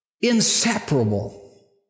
inseparable